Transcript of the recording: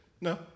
No